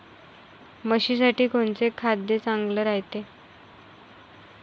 म्हशीसाठी कोनचे खाद्य चांगलं रायते?